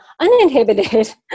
uninhibited